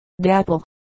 dapple